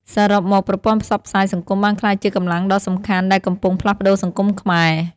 សរុបមកប្រព័ន្ធផ្សព្វផ្សាយសង្គមបានក្លាយជាកម្លាំងដ៏សំខាន់ដែលកំពុងផ្លាស់ប្តូរសង្គមខ្មែរ។